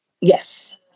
Yes